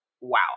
Wow